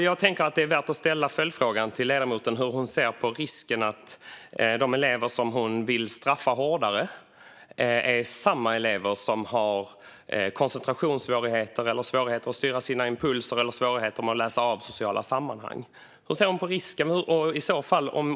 Jag tänker att det är värt att ställa följdfrågan till ledamoten hur hon ser på risken att de elever hon vill straffa hårdare är samma elever som har koncentrationssvårigheter eller svårigheter att styra sina impulser eller svårigheter att läsa av sociala sammanhang. Hur ser hon på denna risk?